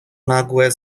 nagłe